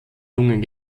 lungen